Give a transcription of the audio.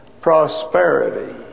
prosperity